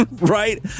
right